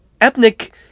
ethnic